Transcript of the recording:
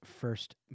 first